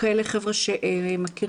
כאלה חבר'ה שמכירים,